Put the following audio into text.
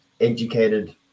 educated